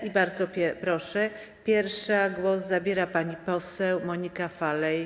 I bardzo proszę, pierwsza głos zabiera pani poseł Monika Falej.